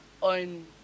on